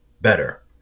better